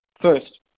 First